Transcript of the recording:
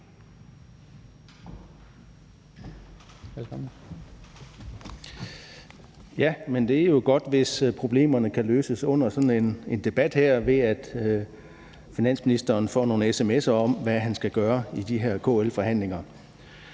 (EL): Det er jo godt, hvis problemerne kan løses under sådan en debat her, ved at finansministeren får nogle SMS’er om, hvad han skal gøre i de her KL-forandringer.